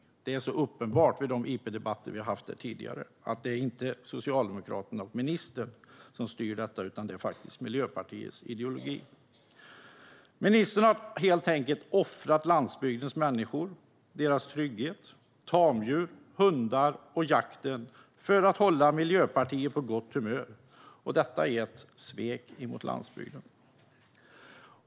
I de interpellationsdebatter vi haft här tidigare har det varit uppenbart att det inte är Socialdemokraterna och ministern som styr detta utan Miljöpartiets ideologi. Ministern har helt enkelt offrat landsbygdens människor och deras trygghet, tamdjur, hundar och jakt för att hålla Miljöpartiet på gott humör. Detta är ett svek mot landsbygden.